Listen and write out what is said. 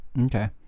Okay